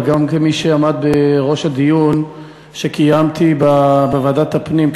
אבל גם כמי שעמד בראש הדיון שקיימתי בוועדת הפנים,